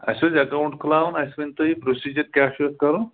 اَسہِ اوس اٮ۪کاوُنٛٹ کھُلاوُن اَسہِ ؤنۍتو یہِ پرٛوسیٖجر کیٛاہ چھُ اَتھ کَرُن